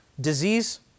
Disease